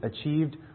achieved